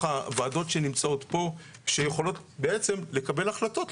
הוועדות שנמצאות פה שיכולות בעצם לקבל החלטות,